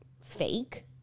fake